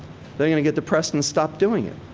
they're gonna get depressed and stop doing it.